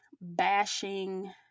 bashing